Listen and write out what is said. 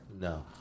No